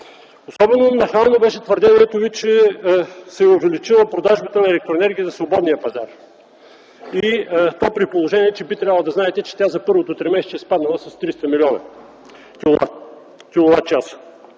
Особено нахално беше твърдението Ви, че се е увеличила продажбата на електроенергия за свободния пазар и то при положение, че би трябвало да знаете, че за първото тримесечие е спаднала с 300 млн. киловатчаса.